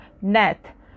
net